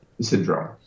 syndrome